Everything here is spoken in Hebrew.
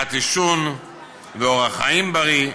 מניעת עישון ואורח חיים בריא,